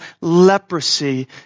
leprosy